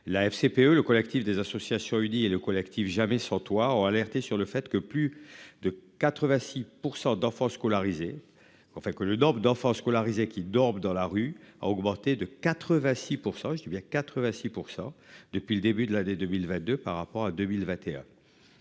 La FCPE, le collectif des associations unies et le collectif jamais sans toi ont alerté sur le fait que plus de 4 à 6% d'enfants scolarisés enfin que le nombre d'enfants scolarisés qui dorment dans la rue, a augmenté de 4. Pour ça, je dis bien 4 assis pour ça depuis le début de l'année 2022 par rapport à 2021.